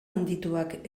handituak